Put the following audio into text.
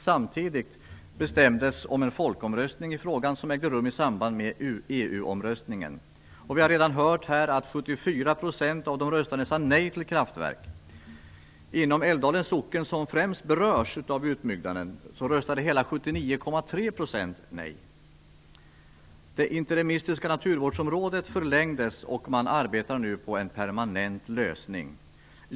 Samtidigt bestämdes om en folkomröstning i frågan. Den ägde rum i samband med EU-omröstningen. Vi har redan hört här att 74 % av de röstande sade nej till kraftverk. Inom Älvdalens socken, som främst berörs av utbyggnaden, röstade hela 79,3 % nej. Det interimistiska naturvårdsområdet fick en förlängd giltighetstid och man arbetar nu på en permanent lösning.